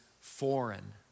foreign